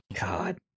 God